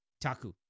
taku